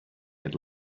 had